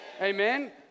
Amen